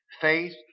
Faith